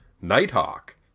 Nighthawk